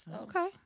Okay